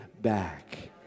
back